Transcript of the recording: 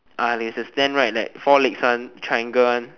ah is a stand right like four legs one triangle one